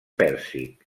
pèrsic